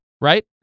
right